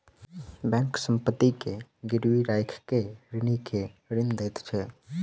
bank संपत्ति के गिरवी राइख के ऋणी के ऋण दैत अछि